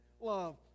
love